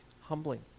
humbling